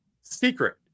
secret